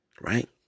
Right